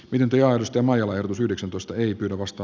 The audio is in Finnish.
pidempi aidosti majava yhdeksäntoista ei pyydä vasta